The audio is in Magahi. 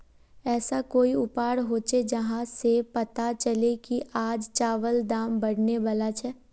ऐसा कोई उपाय होचे जहा से पता चले की आज चावल दाम बढ़ने बला छे?